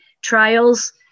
trials